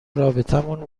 رابطمون